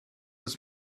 this